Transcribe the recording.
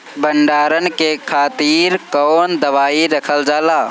भंडारन के खातीर कौन दवाई रखल जाला?